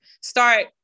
start